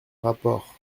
rapport